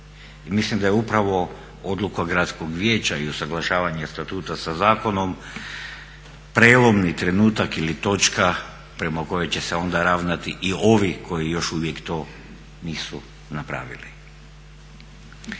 mislim da je upravo odluka gradskog vijeća i usuglašavanje statuta sa zakonom prelomni trenutak ili točka prema kojoj će se onda ravnati i ovi koji još uvijek to nisu napravili.